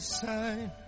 sign